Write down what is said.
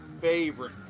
favorite